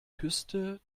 küste